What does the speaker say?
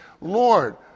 Lord